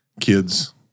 kids